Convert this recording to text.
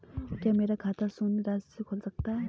क्या मेरा खाता शून्य राशि से खुल सकता है?